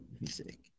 music